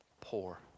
poor